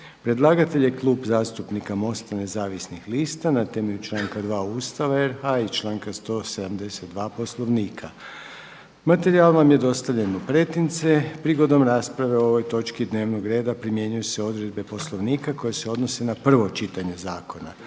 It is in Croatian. Predlagatelj je Klub zastupnika MOST-a Nezavisnih lista na temelju članka 2. Ustav RH i članka 172. Poslovnika. Materijal vam je dostavljen u pretince. Prigodom rasprave o ovoj točci dnevnog reda primjenjuje se odredbe poslovnika koje se odnose na prvo čitanje zakona.